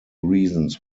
reasons